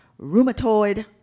Rheumatoid